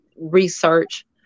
research